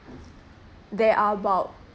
there are about